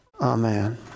Amen